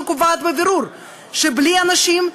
שקובעת בבירור שבלי נשים,